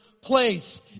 place